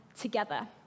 together